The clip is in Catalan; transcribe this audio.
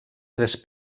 tres